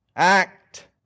Act